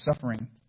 suffering